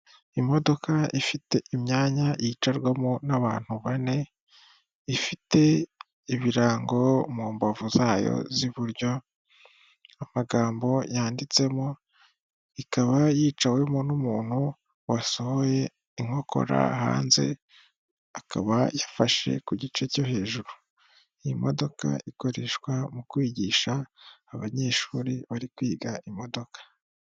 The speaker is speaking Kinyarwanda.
Imodoka ifite imyanya yicarwamo n'abantu bane, ifite ibirango mu mbavu zayo z'iburyo amagambo yanditsemo, ikaba yiciwemo n'umuntu wasohoye inkokora hanze, akaba yafashe ku gice cyo hejuru, iyi modoka ikoreshwa mu kwigisha abanyeshuri bari kwiga imodoka.